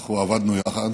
אנחנו עבדנו יחד,